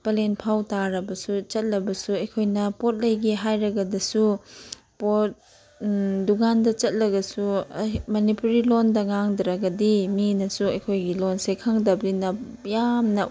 ꯄꯂꯦꯜꯐꯥꯎ ꯇꯥꯔꯕꯁꯨ ꯆꯠꯂꯕꯁꯨ ꯑꯩꯈꯣꯏꯅ ꯄꯣꯠ ꯂꯩꯒꯦ ꯍꯥꯏꯔꯒꯗꯁꯨ ꯄꯣꯠ ꯗꯨꯀꯥꯟꯗ ꯆꯠꯂꯒꯁꯨ ꯃꯅꯤꯄꯨꯔꯤ ꯂꯣꯟꯗ ꯉꯥꯡꯗ꯭ꯔꯒꯗꯤ ꯃꯤꯅꯁꯨ ꯑꯩꯈꯣꯏꯒꯤ ꯂꯣꯟꯁꯦ ꯈꯪꯗꯕꯅꯤꯅ ꯌꯥꯝꯅ